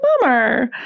bummer